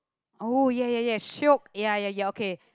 oh ya ya ya shiok ya ya ya okay